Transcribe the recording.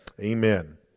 amen